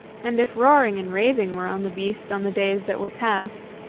and if roaring and raving were on the beast on the days that were passed,